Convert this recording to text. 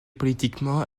politiquement